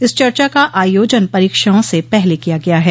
इस चर्चा का आयोजन परीक्षाओं से पहले किया गया है